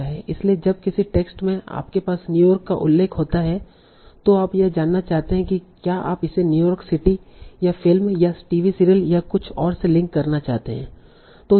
इसलिए जब किसी टेक्स्ट में आपके पास न्यूयॉर्क का उल्लेख होता है तो आप यह जानना चाहते हैं कि क्या आप इसे न्यूयॉर्क सिटी या फिल्म या टीवी सीरियल या कुछ और से लिंक करना चाहते हैं